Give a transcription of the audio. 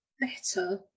better